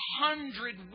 hundred